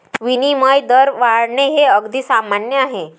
विनिमय दर वाढणे हे अगदी सामान्य आहे